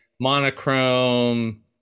monochrome